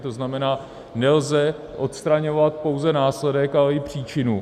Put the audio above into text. To znamená, nelze odstraňovat pouze následek, ale i příčinu.